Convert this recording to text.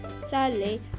Sadly